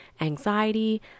anxiety